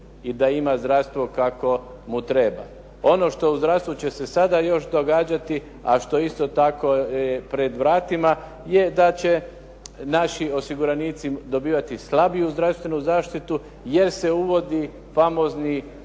i da ima zdravstvo kakvo mu treba. Ono što u zdravstvu će se sada još događati, a što je isto tako pred vratima, je da će naši osiguranici dobivati slabiju zdravstvenu zaštitu jer se uvodi famozni